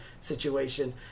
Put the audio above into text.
situation